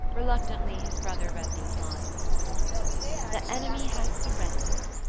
reluctantly his brother read these lines the enemy has surrendered!